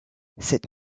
cette